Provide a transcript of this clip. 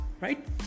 right